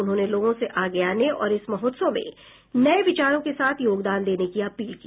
उन्होंने लोगों से आगे आने और इस महोत्सव में नये विचारों के साथ योगदान देने की अपील की